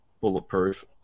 Bulletproof